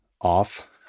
off